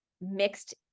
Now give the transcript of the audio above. mixed